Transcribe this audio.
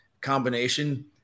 combination